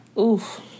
oof